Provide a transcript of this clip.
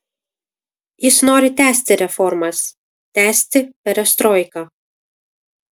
jis nori tęsti reformas tęsti perestroiką